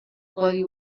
codi